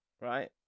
right